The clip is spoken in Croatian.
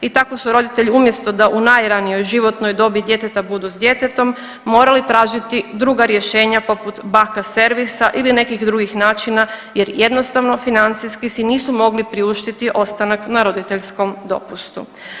I tako su roditelji umjesto da u najranijoj životnoj dobi djeteta budu s djetetom morali tražiti druga rješenja poput baka servisa ili nekih drugih načina jer jednostavno financijski si nisu mogli priuštiti ostanak na roditeljskom dopustu.